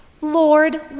Lord